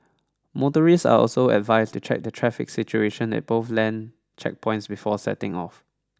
motorists are also advised to check the traffic situation at both land checkpoints before setting off